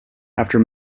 after